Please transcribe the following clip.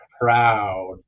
proud